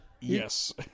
Yes